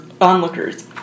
onlookers